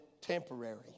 temporary